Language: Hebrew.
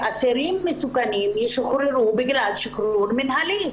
אסירים מסוכנים ישוחררו בגלל שחרור מינהלי.